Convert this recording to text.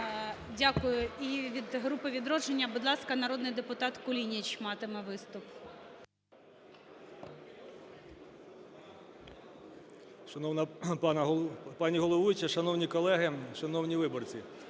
Дякую. І від Групи "Відродження", будь ласка, народний депутат Кулініч матиме виступ. 12:50:43 КУЛІНІЧ О.І. Шановна пані головуюча, шановні колеги, шановні виборці!